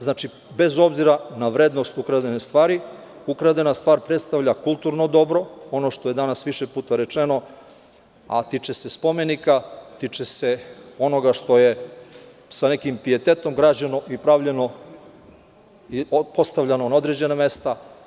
Znači, bez obzira na vrednost ukradene stvari, ukradena stvar predstavlja kulturno dobro, ono što je danas više puta rečeno, a tiče se spomenika, tiče se onoga što je sa nekim pijetetom građeno i pravljeno i postavljano na određena mesta.